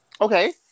Okay